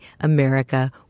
America